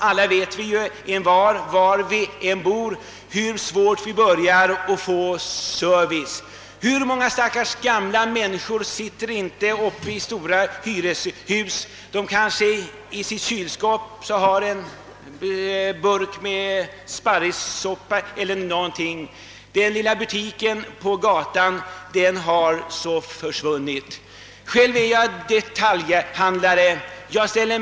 Alla vet vi, var vi än bor, hur svårt det börjar bli att få service. Många stackars gamla människor sitter nu i stora hyreshus. De har kanske en burk sparrissoppa eller något liknande i sitt kylskåp. Den lilla butiken på gatan har försvunnit. Själv är jag detaljhandlare inom fotobranschen.